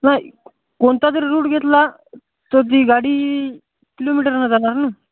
नाही कोणता जरी रूट घेतला तर जी गाडी किलोमीटरनं जाणार ना